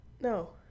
No